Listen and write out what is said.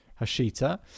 Hashita